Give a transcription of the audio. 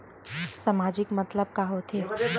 सामाजिक मतलब का होथे?